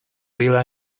really